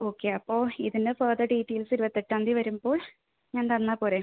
okay അപ്പോൾ ഇതിൻ്റെ further details ഇരുപത്തെട്ടാം തീയതി വരുമ്പോൾ ഞാൻ തന്നാൽ പോരേ